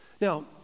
Now